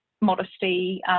modesty